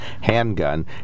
handgun